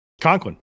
Conklin